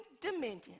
dominion